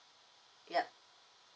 yup